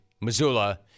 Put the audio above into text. Missoula